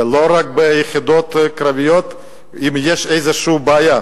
ולא רק ביחידות קרביות אם יש איזו בעיה.